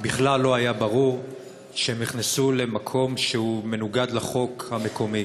בכלל לא היה ברור שהם נכנסו למקום שהוא מנוגד לחוק המקומי.